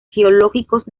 geológicos